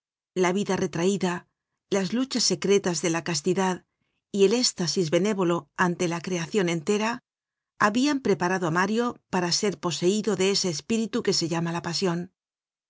la vida retraida las luchas secretas de la castidad y el éstasis benévolo ante la creacion entera habian preparado á mario para ser poseido de ese espíritu que se llama la pasion